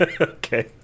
Okay